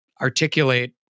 articulate